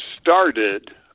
started